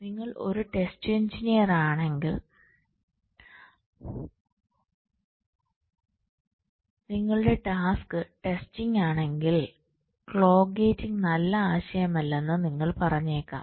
നിങ്ങൾ ഒരു ടെസ്റ്റ് എഞ്ചിനീയറാണെങ്കിൽ നിങ്ങളുടെ ടാസ്ക് ടെസ്റ്റിംഗ് ആണെങ്കിൽ ക്ലോക്ക് ഗേറ്റിംഗ് നല്ല ആശയമല്ലെന്ന് നിങ്ങൾ പറഞ്ഞേക്കാം